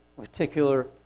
particular